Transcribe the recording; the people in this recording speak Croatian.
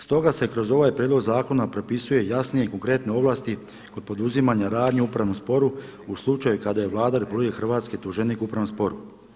Stoga se kroz ovaj prijedlog zakona propisuje jasnije i konkretne ovlasti kod poduzimanja radnje u upravnom sporu u slučaju kada je Vlada RH tuženik u upravnom sporu.